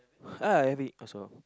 uh I have it also